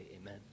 amen